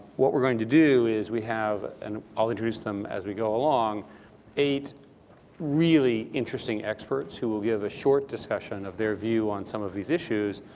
what we're going to do is we have and i'll introduce them as we go along eight really interesting experts who will give a short discussion of their view on some of these issues,